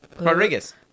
Rodriguez